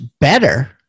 better